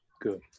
good